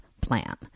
plan